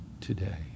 today